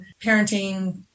parenting